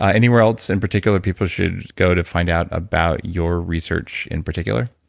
anywhere else in particular people should go to find out about your research in particular?